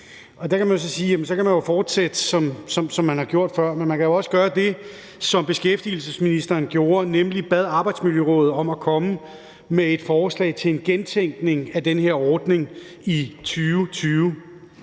man kan også gøre det, som beskæftigelsesministeren gjorde i 2020, nemlig bede Arbejdsmiljørådet om at komme med et forslag til en gentænkning af den her ordning, og